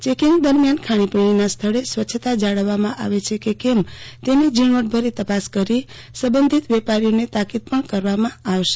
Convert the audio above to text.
checking દરમિયાન ખાણીપીણીના સ્થળે સ્વચ્છતા જાળવવામાં આવે છે કેમ તેની ઝીણવટભરી તપાસ કરી સબંધીત વેપારીઓને તાકીદ પણ કરવામાં આવશે